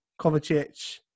Kovacic